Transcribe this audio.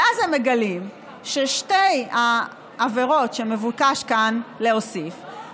ואז הם מגלים ששתי העבירות שמבוקש להוסיף כאן,